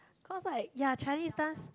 cause like ya Chinese dance